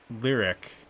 Lyric